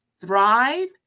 thrive